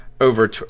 over